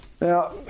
Now